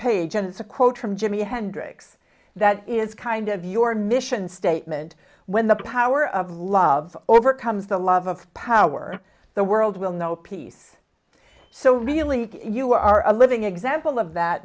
page and it's a quote from jimi hendrix that is kind of your mission statement when the power of love overcomes the love of power the world will know peace so really you are a living example of that